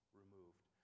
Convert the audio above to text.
removed